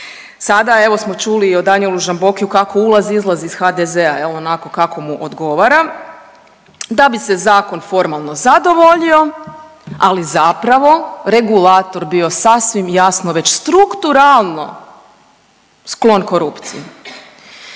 Sada evo smo čuli i o Danijelu Žambokiju kako ulazi i izlazi iz HDZ-a, je li, onako kako mu odgovara, da bi se zakon formalno zadovoljio, ali zapravo regulator bio sasvim jasno već strukturalno sklon korupciji,